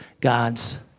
God's